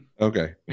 Okay